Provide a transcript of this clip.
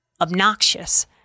obnoxious